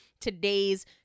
today's